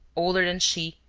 older than she,